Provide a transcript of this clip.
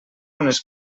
unes